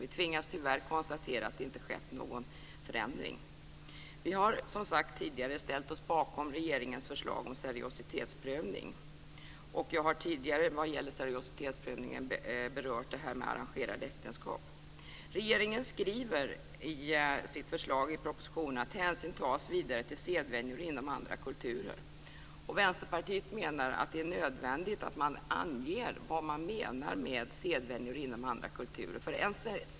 Vi tvingas tyvärr konstatera att det inte skett någon förändring. Vi har som tidigare sagts ställt oss bakom regeringens förslag om seriositetsprövning. Jag har tidigare vad gäller seriositetsprövning berört frågan om arrangerade äktenskap. Regeringen skriver i sitt förslag i propositionen att hänsyn vidare tas till sedvänjor inom andra kulturer. Vänsterpartiet menar att det är nödvändigt att man anger vad man menar med sedvänjor inom andra kulturer.